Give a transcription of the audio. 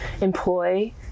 employ